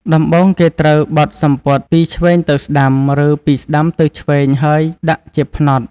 ដំបូងគេត្រូវបត់សំពត់ពីឆ្វេងទៅស្តាំ ឬពីស្តាំទៅឆ្វេងហើយដាក់ជាផ្នត់។